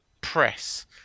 press